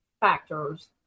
factors